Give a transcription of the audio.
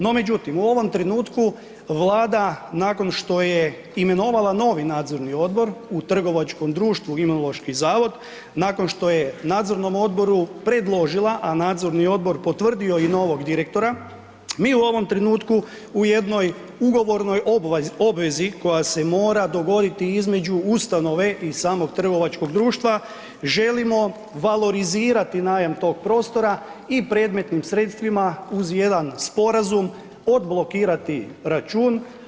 No, međutim, u ovom trenutku Vlada nakon što je imenovala novi nadzorni odbor u trgovačkom društvu Imunološki zavod, nakon što je nadzornom odboru predložila, a nadzorni odbor potvrdio i novog direktora, mi u ovom trenutku u jednoj ugovornom obvezi koja se mora dogoditi između ustanove i samog trgovačkog društva, želimo valorizirati najam tog prostora i predmetnim sredstvima uz jedan sporazum odblokirati račun.